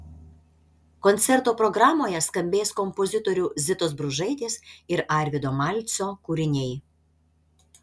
koncerto programoje skambės kompozitorių zitos bružaitės ir arvydo malcio kūriniai